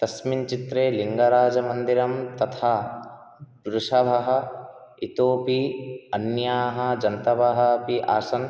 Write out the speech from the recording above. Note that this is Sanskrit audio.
तस्मिन् चित्रे लिङ्गराजमन्दिरं तथा वृषभः इतोपि अन्याः जन्तवः अपि आसन्